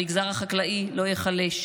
המגזר החקלאי לא ייחלש,